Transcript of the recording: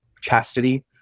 chastity